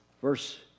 Verse